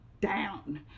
down